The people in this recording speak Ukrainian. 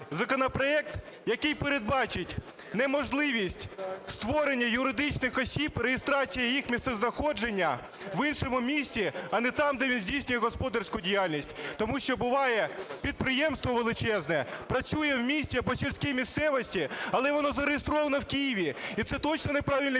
законопроект, який передбачить неможливість створення юридичних осіб, реєстрація їх місцезнаходження в іншому місці, а не там, де він здійснює господарську діяльність. Тому що, буває, підприємство величезне працює в місті або в сільській місцевості, але воно зареєстровано в Києві. І це точно неправильний